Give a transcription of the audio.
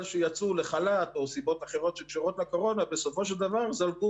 דיווחי החזרה של שירות התעסוקה היו קצת יותר